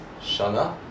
Shana